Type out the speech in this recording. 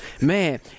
man